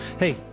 Hey